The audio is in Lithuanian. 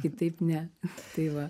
kitaip ne tai va